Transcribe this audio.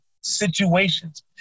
situations